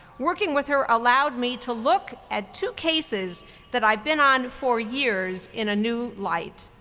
working with her allowed me to look at two cases that i've been on for years in a new light.